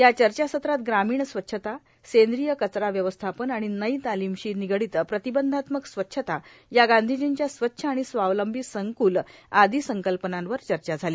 या चर्चासत्रात ग्रामीण स्वच्छता सेंद्रीय कचरा व्यवस्थापन आणि नई तालीमशी निगडीत प्रतिबंधात्मक स्वच्छता या गांधीजींच्या स्वच्छ आणि स्वावलंबी संकल आदी संकल्पनांवर चर्चा झाली